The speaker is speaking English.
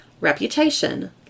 reputation